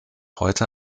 heute